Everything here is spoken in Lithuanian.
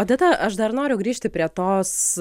odeta aš dar noriu grįžti prie tos